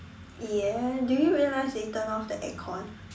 ya do you realize they turned off the air con